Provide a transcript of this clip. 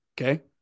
Okay